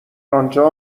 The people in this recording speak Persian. آنجا